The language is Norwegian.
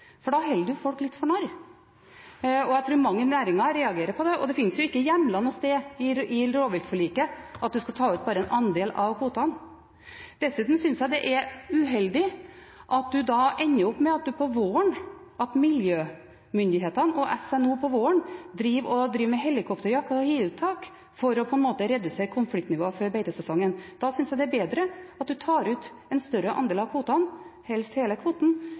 for da holder man folk litt for narr. Jeg tror mange i næringen reagerer på det, og det finnes ikke hjemlet noe sted i rovviltforliket at man bare skal ta ut en andel av kvotene. Dessuten synes jeg det er uheldig at man ender opp med at miljømyndighetene og SNO på våren driver med helikopterjakt og hiuttak for å redusere konfliktnivået før beitesesongen. Da synes jeg det er bedre at man tar ut en større andel av kvoten – helst hele kvoten